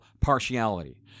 partiality